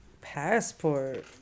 passport